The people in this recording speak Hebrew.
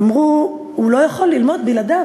אמרו: הוא לא יכול ללמוד בלעדיו.